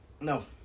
No